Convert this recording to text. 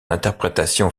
interprétation